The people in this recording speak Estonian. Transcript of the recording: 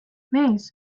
mees